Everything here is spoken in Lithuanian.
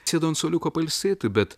sėdo ant suoliuko pailsėti bet